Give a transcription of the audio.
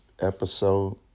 episode